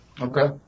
Okay